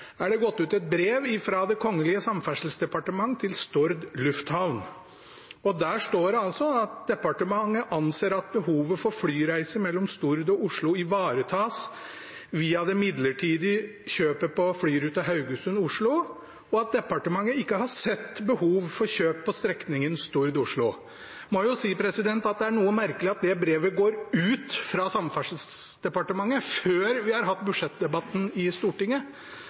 er det gått ut et brev fra Det kongelige samferdselsdepartement til Stord Lufthamn. Der står det at departementet anser at behovet for flyreiser mellom Stord og Oslo ivaretas via det midlertidige kjøpet på flyruta Haugesund–Oslo, og at departementet ikke har sett behov for kjøp på strekningen Stord–Oslo. Jeg må si det er noe merkelig at det brevet går ut fra Samferdselsdepartementet før vi har hatt budsjettdebatten i Stortinget,